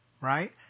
right